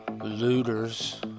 looters